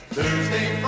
Thursday